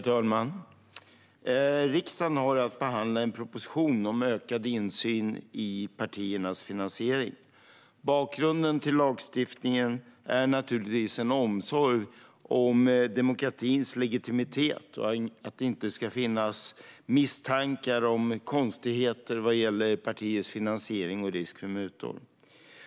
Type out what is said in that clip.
Herr talman! Riksdagen har att behandla en proposition om ökad insyn i partiernas finansiering. Bakgrunden till lagstiftningen är naturligtvis en omsorg om demokratins legitimitet. Det ska inte finnas misstankar om konstigheter vad gäller partiers finansiering eller risk för mutor.